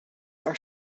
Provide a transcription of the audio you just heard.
are